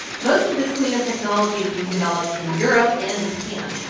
most of this cleanup technology is being developed in europe and japan.